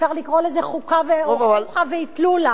אפשר לקרוא לזה חוקה או חוכא ואטלולא,